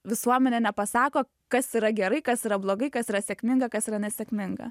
visuomenė nepasako kas yra gerai kas yra blogai kas yra sėkminga kas yra nesėkminga